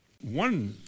One